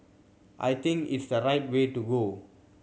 I think it's the right way to go